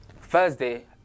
Thursday